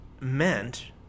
meant